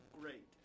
great